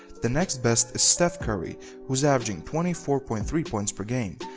the next best is steph curry who's averaging twenty four point three points per game.